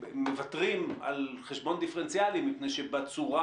מוותרים על חשבון דיפרנציאלי מפני שבצורה